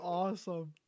awesome